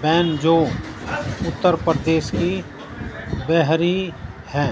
بین جو اتر پردیش کی بہری ہیں